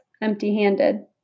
empty-handed